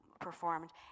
performed